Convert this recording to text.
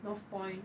north point